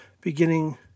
beginning